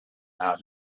how